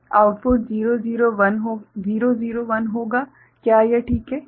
तो यह है आउटपुट 001 होगा क्या यह ठीक है